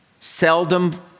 seldom